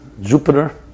Jupiter